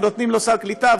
ונותנים לו סל קליטה,